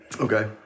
Okay